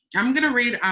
i'm going to read